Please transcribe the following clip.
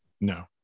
No